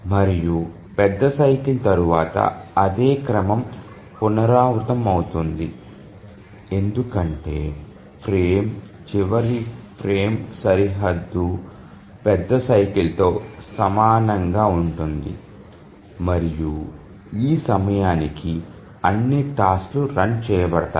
మరియు పెద్ద సైకిల్ తరువాత అదే క్రమం పునరావృతమవుతుంది ఎందుకంటే ఫ్రేమ్ చివరి ఫ్రేమ్ సరిహద్దు పెద్ద సైకిల్ తో సమానంగా ఉంటుంది మరియు ఈ సమయానికి అన్ని టాస్క్ లు రన్ చేయబడతాయి